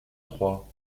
trois